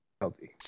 healthy